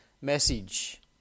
message